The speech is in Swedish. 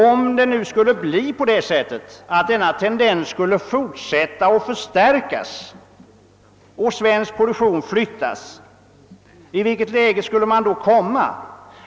Om denna tendens förstärkes och svensk produktion alltmer flyttas utomlands, i vilken situation hamnar vi då?